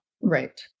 Right